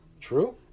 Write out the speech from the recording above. True